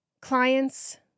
Clients